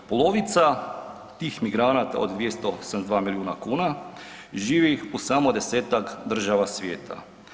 Polovica tih migranata od 272 milijuna kuna živi u samo 10-ak država svijeta.